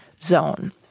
zone